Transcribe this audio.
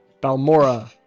Balmora